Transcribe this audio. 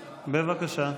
בבקשה.